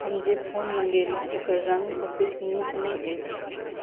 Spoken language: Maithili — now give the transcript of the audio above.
हम जे फोन मॅंगेलहुँ ओकर रङ्ग ओतेक नीक नहि अछि